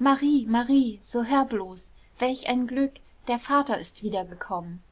marie marie so hör bloß welch ein glück der vater ist wiedergekommen